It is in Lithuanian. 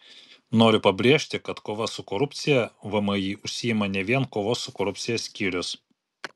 noriu pabrėžti kad kova su korupcija vmi užsiima ne vien kovos su korupcija skyrius